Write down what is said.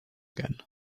again